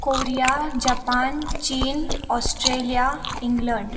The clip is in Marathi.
कोरिया जपान चीन ऑस्ट्रेलिया इंग्लंड